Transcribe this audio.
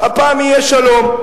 הפעם יהיה שלום".